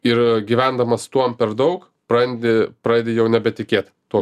ir gyvendamas tuom per daug prarandi pradedi jau nebetikėt tuo